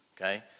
okay